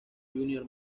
junior